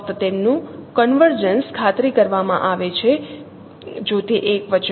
ફક્ત તેમનું કોંવેર્જન્સ ખાતરી કરવામાં આવે છે જો તે એકવચન હોય